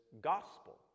gospel